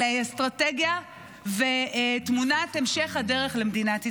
אלא היא אסטרטגיה ותמונת המשך הדרך למדינת ישראל?